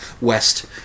west